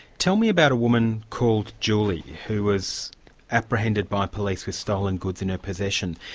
tell me about a woman called julie, who was apprehended by police with stolen goods in her possession.